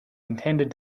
intended